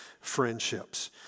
friendships